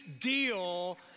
deal